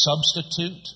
substitute